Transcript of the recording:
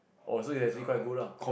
oh so you actually quite good lah